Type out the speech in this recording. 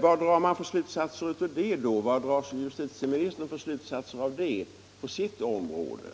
Vad drar då justitieministern för slutsatser av detta för sitt område?